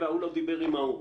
וההוא לא דיבר עם ההוא.